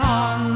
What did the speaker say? on